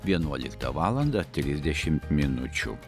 vienuoliktą valandą trisdešimt minučių